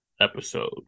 episode